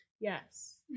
yes